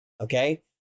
okay